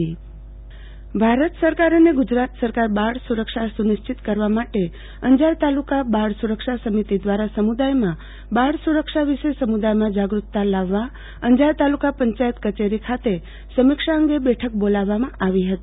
આરતીબેન ભદ્દ અંજાર બાળ સુરક્ષા સમિતિ બેઠક ભારત સરકાર અને ગુજરાત સરકાર બાળ સુરક્ષા સુનિશ્ચિત કરવા માટે અંજાર તાલુકા બાળ સુરક્ષા સમિતિ દ્વારા સમુદાયમાં બાળ સુરક્ષા વિશે સમુદાયમાં જાગૃતતા લાવવા અંજાર તાલુકા પંચાયત કચેરી ખાતે સમીક્ષા અંગે બેઠક બોલાવવામાં આવી હતી